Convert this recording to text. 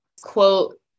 quote